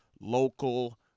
local